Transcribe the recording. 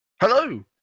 Hello